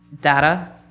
data